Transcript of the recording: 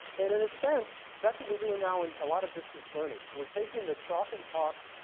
and in a sense, that's what we're doing now in a lot of distance learning. we're taking the chalk and talk,